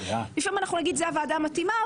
לפעמים אנחנו נגיד שזאת הוועדה המתאימה,